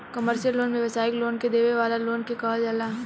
commercial loan व्यावसायिक लोग के देवे वाला लोन के कहल जाला